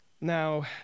Now